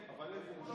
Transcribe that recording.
אבל איפה הוא?